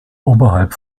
oberhalb